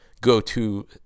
go-to